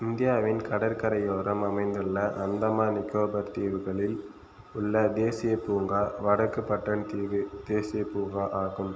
இந்தியாவின் கடற்கரையோரம் அமைந்துள்ள அந்தமான் நிக்கோபார் தீவுகளில் உள்ள தேசியப் பூங்கா வடக்கு பட்ரன் தீவு தேசியப் பூங்கா ஆகும்